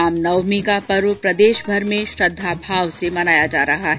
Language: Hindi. रामनवमी का पर्व प्रदेशभर में श्रद्वाभाव से मनाया जा रहा है